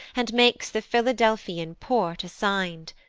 and makes the philadelphian port assign'd,